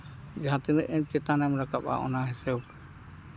ᱡᱟᱦᱟᱸ ᱛᱤᱱᱟᱹᱜ ᱜᱮ ᱪᱮᱛᱟᱱ ᱮᱢ ᱨᱟᱠᱟᱵᱼᱟ ᱚᱱᱟ ᱦᱤᱥᱟᱹᱵ